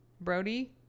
Brody